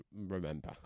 remember